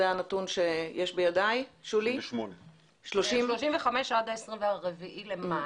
35 עד ה-24 במאי.